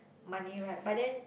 money right but then